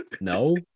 No